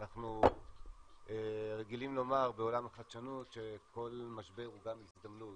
אנחנו רגילים לומר בעולם החדשנות שכל משבר הוא גם הזדמנות,